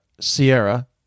sierra